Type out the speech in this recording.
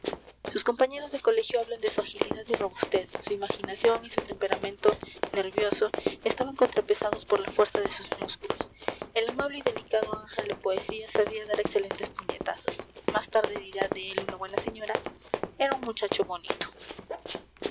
sus compañeros de colegio hablan de su agilidad y robustez su imaginación y su temperamento nervioso estaban contrapesados por la fuerza de sus músculos el amable y delicado ángel de poesía sabía dar excelentes puñetazos más tarde dirá de él una buena señora era un muchacho bonito